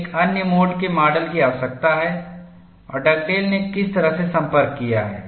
एक अन्य मोड के माडल की आवश्यकता है और डगडेल ने किस तरह से संपर्क किया है